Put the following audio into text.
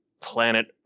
planet